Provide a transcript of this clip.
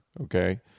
Okay